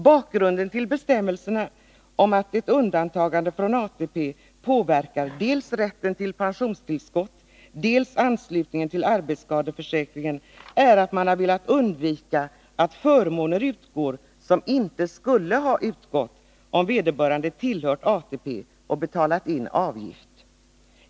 Bakgrunden till bestämmelserna om att ett undantagande från ATP påverkar dels rätten till pensionstillskott, dels anslutningen till arbetsskadeförsäkringen är att man har velat undvika att förmåner utgår som inte skulle ha utgått om vederbörande hade tillhört ATP och betalat in avgift.